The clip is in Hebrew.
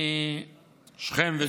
שכם וג'נין.